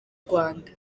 rwanda